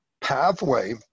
pathway